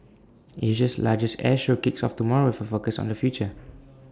Asia's largest air show kicks off tomorrow with A focus on the future